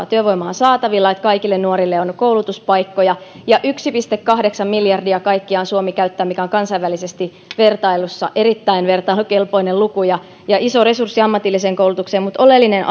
työvoimaa on saatavilla että kaikille nuorille on koulutuspaikkoja ja yksi pilkku kahdeksan miljardia kaikkiaan suomi käyttää mikä on kansainvälisessä vertailussa erittäin vertailukelpoinen luku ja ja iso resurssi ammatilliseen koulutukseen mutta oleellinen